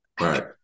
Right